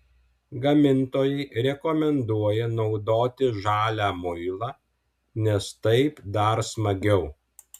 gamintojai rekomenduoja naudoti žalią muilą nes taip dar smagiau